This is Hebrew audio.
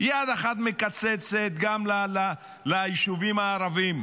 יד אחת מקצצת, גם ליישובים הערביים,